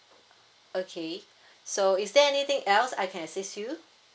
okay so is there anything else I can assist you